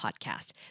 podcast